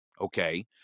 okay